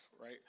right